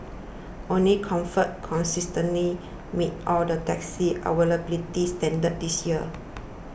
only comfort consistently met all the taxi availability standards this year